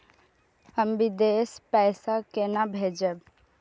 हम विदेश पैसा केना भेजबे?